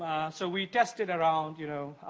so, we tested around you know